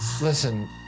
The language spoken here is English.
Listen